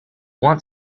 want